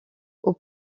aux